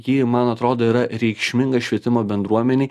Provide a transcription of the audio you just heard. ji man atrodo yra reikšminga švietimo bendruomenei